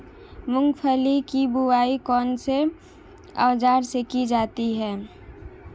मूंगफली की बुआई कौनसे औज़ार से की जाती है?